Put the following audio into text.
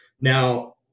Now